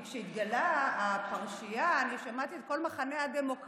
כי כשהתגלתה הפרשייה אני שמעתי את כל מחנה הדמוקרטיה,